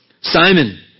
Simon